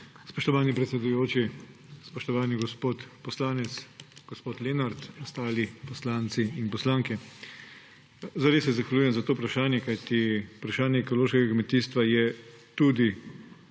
Spoštovani predsedujoči, spoštovani gospod poslanec gospod Lenart, ostali poslanci in poslanke! Zares se zahvaljujem za to vprašanje, kajti vprašanje ekološkega kmetijstva je tudi